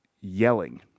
yelling